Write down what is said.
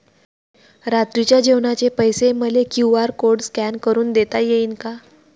रात्रीच्या जेवणाचे पैसे मले क्यू.आर कोड स्कॅन करून देता येईन का?